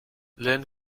lehen